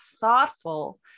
thoughtful